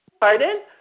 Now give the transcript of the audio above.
Pardon